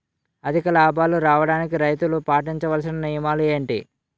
అధిక లాభాలు రావడానికి రైతులు పాటించవలిసిన నియమాలు ఏంటి